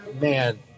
Man